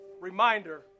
reminder